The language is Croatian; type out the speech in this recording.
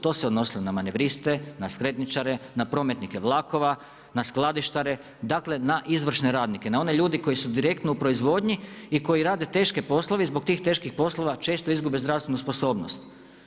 To se odnosilo na manevriste, na skretničare, na prometnike vlakova, na skladištare, dakle na izvršne radnike, na one ljude koji su direktno u proizvodnji i koji rade teške poslove i zbog tih teških poslova često izgube zdravstvenu sposobnost.